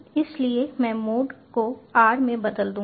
इसलिए मैं मोड को r में बदल दूंगा